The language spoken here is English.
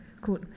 Cool